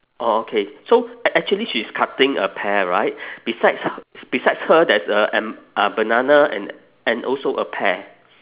orh okay so act~ actually she is cutting a pear right besides besides her there's a and uh banana and and also a pear